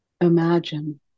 Imagine